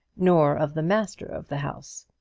nor of the master of the house.